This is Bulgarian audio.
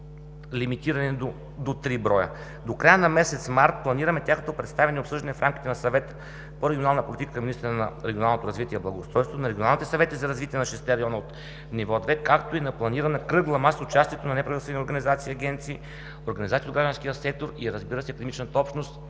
лимитирани до три броя. До края на месец март планираме тяхното представяне и обсъждане в рамките на Съвета по регионална политика към министъра на регионалното развитие и благоустройството, на регионалните съвети за развитие на шестте района от ниво 2, както и на планирана кръгла маса с участието на неправителствени организации, агенции, организации от гражданския сектор и академичната общност.